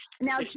Now